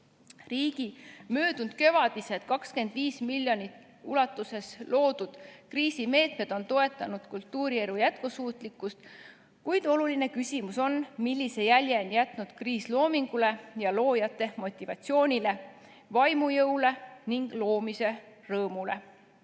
Riigi möödunudkevadised 25 miljoni ulatuses loodud kriisimeetmed on toetanud kultuurielu jätkusuutlikkust, kuid oluline küsimus on, millise jälje on jätnud kriis loomingule ja loojate motivatsioonile, vaimujõule ning loomise rõõmule.